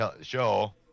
show